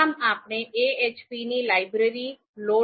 પ્રથમ આપણે ahp ની લાઇબ્રેરી લોડ કરીશું